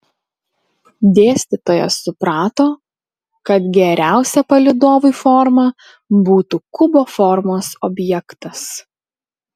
dėstytojas suprato kad geriausia palydovui forma būtų kubo formos objektas